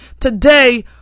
Today